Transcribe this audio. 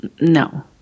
No